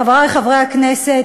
חברי חברי הכנסת,